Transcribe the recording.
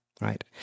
right